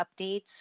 updates